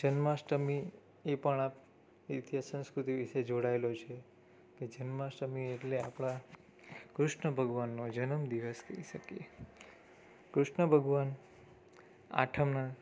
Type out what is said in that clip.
જન્માષ્ટમી એ પણ આ એથી એ સંસ્કૃતિ વિશે જોડાયેલો છે કે જન્માષ્ટમી એટલે આપણા કૃષ્ણ ભગવાનનો જન્મ દિવસ કહી શકીએ કૃષ્ણ ભગવાન આઠમના